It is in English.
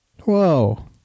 whoa